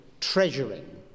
treasuring